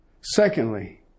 Secondly